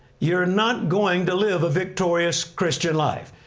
you're not going to live a victorious christian life.